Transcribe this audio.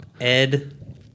Ed